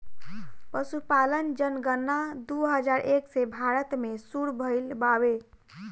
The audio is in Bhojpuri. पसुपालन जनगणना दू हजार एक से भारत मे सुरु भइल बावे